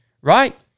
right